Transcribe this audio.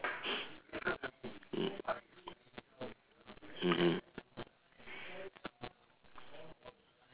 mm mmhmm